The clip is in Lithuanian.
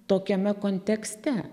tokiame kontekste